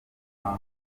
akazi